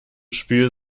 spiel